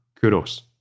kudos